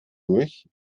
durch